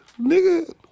nigga